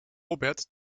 robert